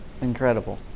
incredible